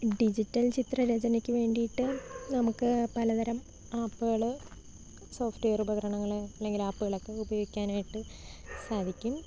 digital ചിത്ര രചനയ്ക്ക് വേണ്ടിട്ട് നമുക്ക് പലതരം ആപ്പുകൾ സോഫ്റ്റ്വെയർ ഉപകരണങ്ങളെ അല്ലെങ്കിൽ ആപ്പുകൾ ഒക്കെ ഉപയോഗിക്കാനായിട്ട് സാധിക്കും